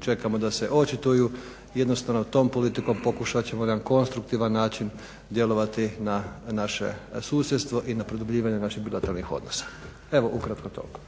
Čekamo da se očituju. Jednostavno tom politikom pokušat ćemo na jedan konstruktivan način djelovati na naše susjedstvo i na produbljivanje naših bilateralnih odnosa. Evo ukratko toliko.